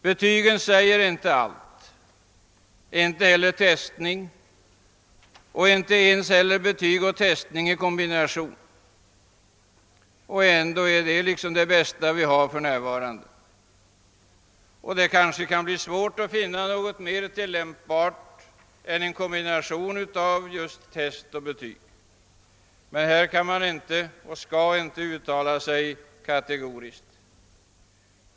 Betygen säger inte allt, och det gör inte heller testning — inte ens betyg och testning i kombination, som ändå är det bästa vi har för närvarande. Jag tror att det blir svårt att finna något mera användbart än en kombination av test och betyg. I det fallet skall jag emellertid inte uttala mig kategoriskt.